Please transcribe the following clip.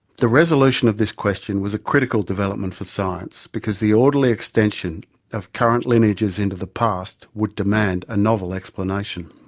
the resolution of this question was a critical development for science because the orderly extension of current lineages into the past would demand a novel explanation.